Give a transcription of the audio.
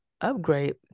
upgrade